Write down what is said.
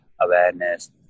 awareness